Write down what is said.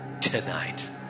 tonight